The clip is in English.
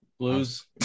Blues